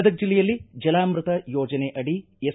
ಗದಗ ಜಿಲ್ಲೆಯಲ್ಲಿ ಜಲಾಮೃತ ಯೋಜನೆ ಅಡಿ ಎಸ್